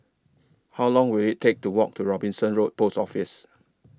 How Long Will IT Take to Walk to Robinson Road Post Office